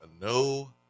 no